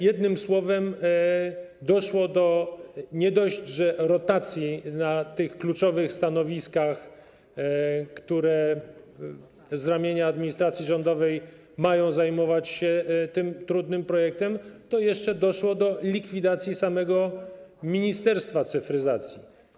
Jednym słowem, nie dość, że doszło do rotacji na tych kluczowych stanowiskach, które z ramienia administracji rządowej mają zajmować się tym trudnym projektem, to jeszcze doszło do likwidacji samego Ministerstwa Cyfryzacji.